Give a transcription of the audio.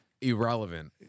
irrelevant